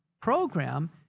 program